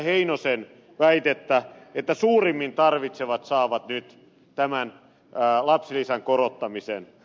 heinosen väitettä että suurimmin tarvitsevat saavat nyt tämän lapsilisän korottamisen